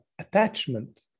attachment